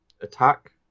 attack